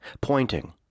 pointing